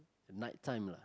night time lah